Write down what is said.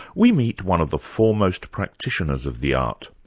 we meet one of the foremost practitioners of the art.